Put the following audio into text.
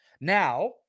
now